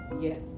Yes